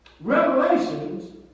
revelations